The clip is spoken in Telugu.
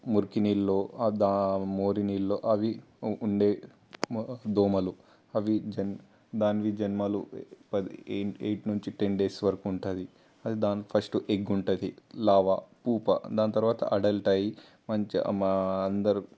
మురికి నీళ్లు అవి మోరి నీళ్లు అవి ఉండే దోమలు అవి జన్ దానివి జన్మలు అది ఎయిట్ నుంచి టెన్ డేస్ వరకు ఉంటుంది అది దాని ఫస్టు ఎగ్ ఉంటుంది లార్వా ప్యూప దాన్ని తరవాత అడల్ట్ అయ్యి మంచిగా మా అందరూ